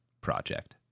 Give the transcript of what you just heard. project